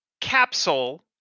capsule